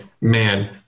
man